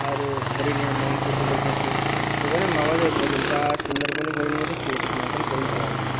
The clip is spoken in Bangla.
আরও হরিণের মাংস দিলো খেতে ওখানে পাওয়া যায় হরিণ তা সুন্দরবনের হরিণের মতো টেস্ট না তা ওখানে হরিণ পাওয়া যায়